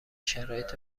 شرایط